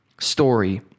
story